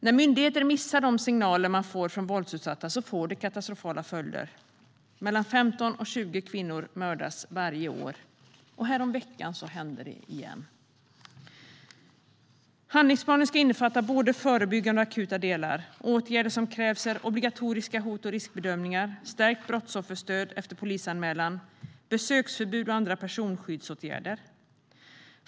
När myndigheter missar de signaler de får från våldsutsatta får det katastrofala följder. Mellan 15 och 20 kvinnor mördas varje år. Häromveckan hände det igen. Handlingsplanen ska innefatta både förebyggande och akuta delar. Åtgärder som krävs är obligatoriska hot och riskbedömningar, ett stärkt brottsofferstöd efter polisanmälan, besöksförbud och andra personskyddsåtgärder.